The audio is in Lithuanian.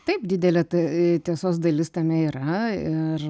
taip didelė tai tiesos dalis tame yra ir